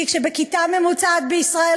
כי כשבכיתה ממוצעת בישראל,